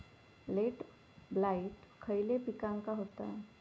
Late blight खयले पिकांका होता?